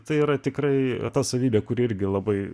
tai yra tikrai reta savybė kuri irgi labai